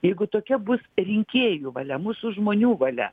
jeigu tokia bus rinkėjų valia mūsų žmonių valia